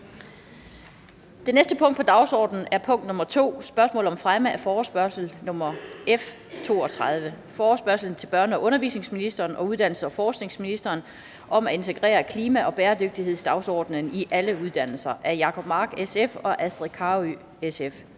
Det næste punkt på dagsordenen er: 2) Spørgsmål om fremme af forespørgsel nr. F 32: Forespørgsel til uddannelses- og forskningsministeren og børne- og undervisningsministeren om at integrere klima- og bæredygtighedsdagsordenen i alle uddannelser. Af Jacob Mark (SF) og Astrid Carøe (SF).